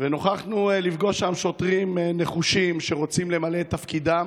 ונוכחנו לפגוש שם שוטרים נחושים שרוצים למלא את תפקידם